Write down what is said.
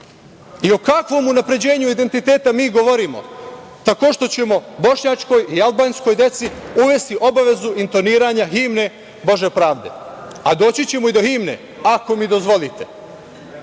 kakvom unapređenju identiteta mi govorimo? Tako što ćemo bošnjačkoj i albanskoj deci uvesti obavezu intoniranja himne „Bože pravde“? A doći ćemo i do himne, ako mi dozvolite.